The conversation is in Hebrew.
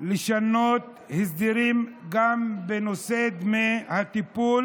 לשנות הסדרים בנושא דמי הטיפול